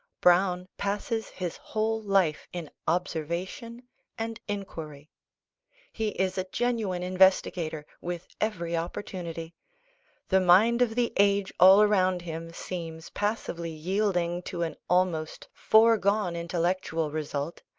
browne passes his whole life in observation and inquiry he is a genuine investigator, with every opportunity the mind of the age all around him seems passively yielding to an almost foregone intellectual result,